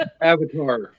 Avatar